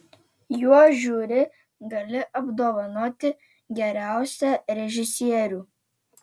juo žiuri gali apdovanoti geriausią režisierių